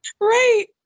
Right